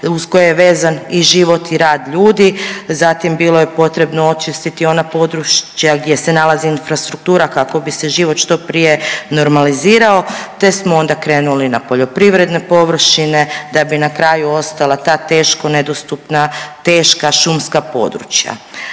uz koji je vezan i život i rad ljudi, zatim bilo je potrebno očistiti ona područja gdje se nalazi infrastruktura kako bi se život što prije normalizirao te smo onda krenuli na poljoprivredne površine, da bi na kraju ostala ta teško nedostupna, teška šumska područja.